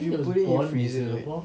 should put it in freezer right